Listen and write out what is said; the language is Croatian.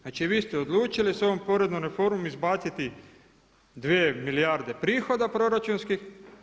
Znači vi ste odlučili s ovom poreznom reformom izbaciti dvije milijarde prihoda proračunskih.